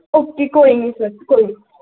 okay ਕੋਈ ਨਹੀਂ sir ਕੋਈ ਨਹੀਂ